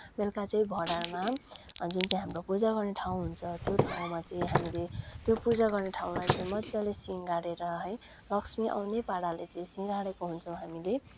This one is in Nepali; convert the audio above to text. बेलुका चाहिँ भँडारमा जुन चाहिँ हाम्रो पूजा गर्ने ठाउँ हुन्छ त्यो ठाउँमा चाहिँ हामीले त्यो पूजा गर्ने ठाउँलाई चाहिँ मज्जाले सृङ्गारेर है लक्ष्मी आउने पाराले चाहिँ सृङ्गारेको हुन्छौँ हामीले